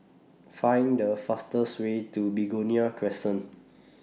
Find The fastest Way to Begonia Crescent